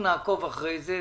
אנחנו נעקוב אחרי זה.